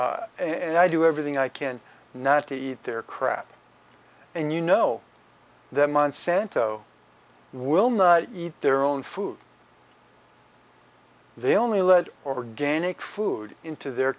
and i do everything i can not eat their crap and you know that monsanto will not eat their own food they only lead organic food into their